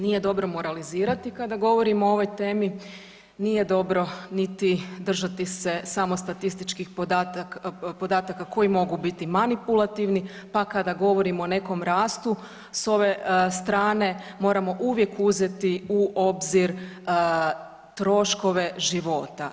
Nije dobro moralizirati kada govorimo o ovoj temi, nije dobro niti držati se samo statističkih podataka koji mogu biti manipulativni pa kada govorimo o nekom rastu s ove strane, moramo uvijek uzeti u obzir troškove života.